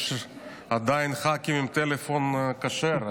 יש עדיין ח"כים עם טלפון כשר,